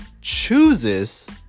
chooses